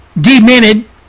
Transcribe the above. demented